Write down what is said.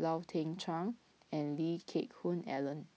Lau Teng Chuan and Lee Geck Hoon Ellen